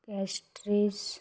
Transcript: Castries